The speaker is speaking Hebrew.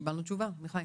קיבלנו תשובה, עמיחי.